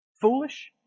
Foolish